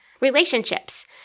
Relationships